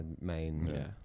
main